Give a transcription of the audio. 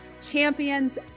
champions